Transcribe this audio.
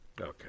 Okay